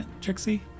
Trixie